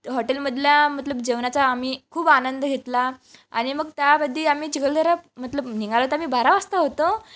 हॉटेलमधल्या मतलब जेवणाचा आम्ही खूप आनंद घेतला आणि मग त्यामध्ये आम्ही चिखलदरा मतलब निघाला तर आम्ही बारा वाजता होतो